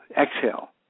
exhale